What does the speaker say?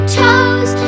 toes